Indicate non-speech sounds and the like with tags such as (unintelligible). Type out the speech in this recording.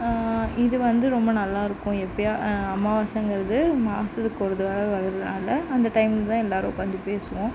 இது வந்து ரொம்ப நல்லாயிருக்கும் இப்போயே அமாவாசைங்குறது (unintelligible) அந்த டைம்தான் எல்லாரும் உக்காந்து பேசுவோம்